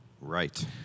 Right